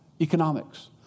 economics